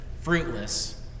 fruitless